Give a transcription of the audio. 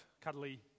cuddly